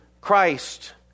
Christ